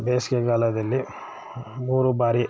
ಬೇಸಿಗೆಗಾಲದಲ್ಲಿ ಮೂರು ಬಾರಿ